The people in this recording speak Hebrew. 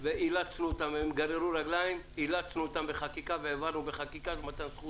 הם גררו רגליים ואילצנו אותם בחקיקה והעברנו בחקיקה מתן זכות